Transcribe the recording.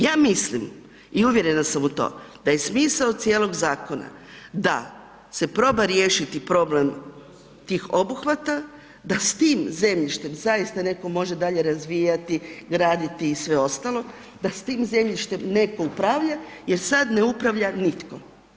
Ja mislim i uvjerena sam u tom da je smisao cijelog zakona da se proba riješiti problem tih obuhvata, da s tim zemljištem zaista neko može dalje razvijati, graditi i sve ostalo, da s tim zemljištem neko upravlja jer sada ne upravlja nitko.